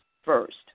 First